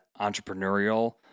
entrepreneurial